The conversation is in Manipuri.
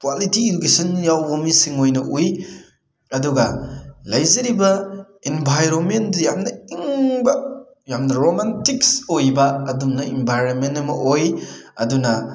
ꯀ꯭ꯋꯥꯂꯤꯇꯤ ꯏꯗꯨꯀꯦꯁꯟ ꯌꯥꯎꯕ ꯃꯤꯁꯤꯡ ꯑꯣꯏꯅ ꯎꯏ ꯑꯗꯨꯒ ꯂꯩꯖꯔꯤꯕ ꯏꯟꯚꯥꯏꯔꯣꯟꯃꯦꯟꯗꯨ ꯌꯥꯝꯅ ꯏꯪꯕ ꯌꯥꯝꯅ ꯔꯣꯃꯥꯟꯇꯤꯛꯁ ꯑꯣꯏꯕ ꯑꯗꯨꯝꯅ ꯏꯟꯚꯥꯏꯔꯣꯟꯃꯦꯟ ꯑꯃ ꯑꯣꯏ ꯑꯗꯨꯅ